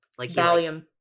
Valium